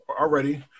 already